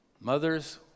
Mother's